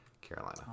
Carolina